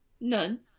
None